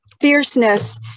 fierceness